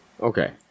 Okay